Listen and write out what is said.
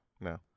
No